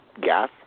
gas